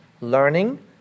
learning